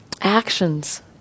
actions